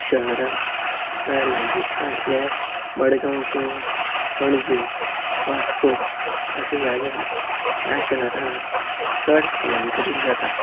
शहरात म्हळ्यार लागीचें आसल्यार मडगांव किंवां पणजे वास्को अशें जाग्यार ह्या शहरांत चड स्थलांतरीत जातात